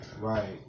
Right